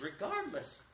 regardless